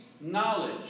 knowledge